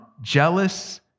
jealous